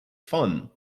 fun